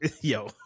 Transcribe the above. Yo